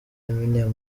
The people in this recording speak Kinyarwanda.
eminem